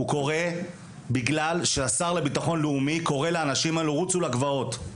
הוא קורה בגלל שהשר לביטחון לאומי קורא לאנשים האלה רוצו לגבעות.